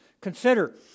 Consider